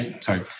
Sorry